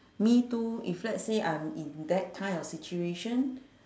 me too if let's say I am in that kind of situation